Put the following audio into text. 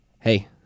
hey